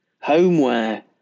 homeware